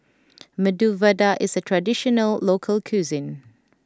Medu Vada is a traditional local cuisine